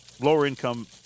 Lower-income